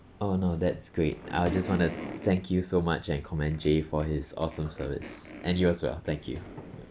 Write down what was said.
oh no that's great I just want to thank you so much and commend jay for his awesome service and you as well thank you